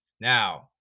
Now